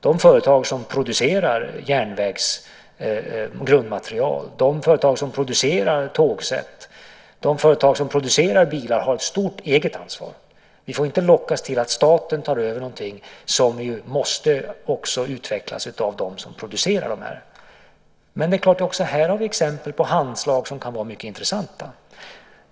De företag som producerar grundmaterial till järnvägen, de företag som producerar tågsätt och de företag som producerar bilar har ett stort eget ansvar. Vi får inte lockas till att staten tar över någonting som också måste utvecklas av dem som producerar produkterna. Men också här har vi exempel på handslag som kan vara mycket intressanta.